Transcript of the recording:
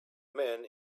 men